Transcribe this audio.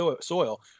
soil